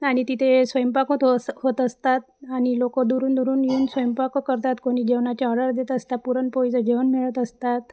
आणि तिथे स्वयंपाक त हो होत असतात आणि लोक दुरून दुरून येऊन स्वयंपाक करतात कोणी जेवणाची ऑर्डर देत असतात पुरणपोळीचं जेवण मिळत असतात